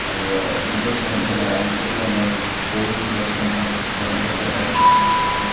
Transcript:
अब जोस्याउनुको लागि अनलाइन थ्रु जति पनि कम्पिटिसन एस्से राइटिङ जति पनि हुन्थ्यो